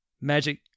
Magic